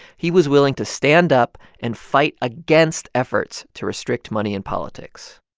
he was willing to stand up and fight against efforts to restrict money in politics.